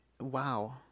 wow